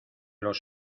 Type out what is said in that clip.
los